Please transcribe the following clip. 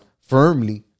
firmly